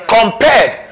compared